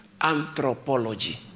Anthropology